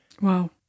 Wow